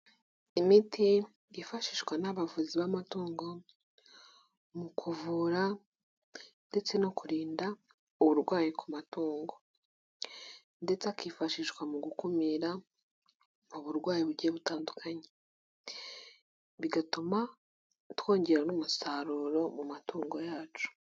Imiti yifashishwa n'abavuzi b'amatungo mu kuvura ndetse no kurinda uburwayi ku matungo. Ndetse akifashishwa mu gukumira uburwayi bugiye butandukanye. Bigatuma twongera n'umusaruro mu matungo yacu.